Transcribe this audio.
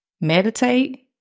Meditate